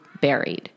buried